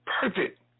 perfect